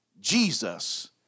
Jesus